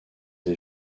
des